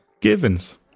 Givens